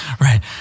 Right